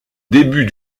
début